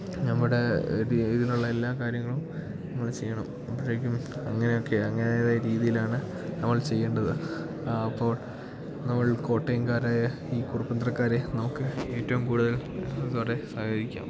നമ്മുടെ ഇത് ഇതിനുള്ള എല്ലാ കാര്യങ്ങളും നമ്മൾ ചെയ്യണം അപ്പോഴേക്കും അങ്ങനെയൊക്കെയാണ് അങ്ങനെ ഇതായ രീതിയിലാണ് നമ്മൾ ചെയ്യേണ്ടത് അപ്പോൾ നമ്മൾ കോട്ടയംകാരായ ഈ കുറുപ്പുംതുറക്കാർ നമുക്ക് ഏറ്റവും കൂടുതൽ അവരെ സഹായിക്കാം